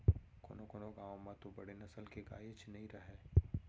कोनों कोनों गॉँव म तो बड़े नसल के गायेच नइ रहय